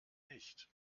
nicht